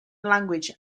language